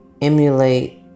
emulate